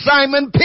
Simon